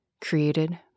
Created